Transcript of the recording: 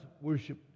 worship